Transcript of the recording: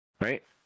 right